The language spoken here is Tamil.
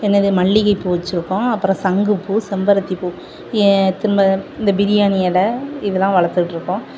என்னது மல்லிகைப்பூ வச்சிருக்கோம் அப்புறம் சங்குப்பூ செம்பருத்திப்பூ திரும்ப இந்த பிரியாணி இல இது எல்லாம் வளர்த்துட்டு இருக்கோம்